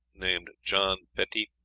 named john petit,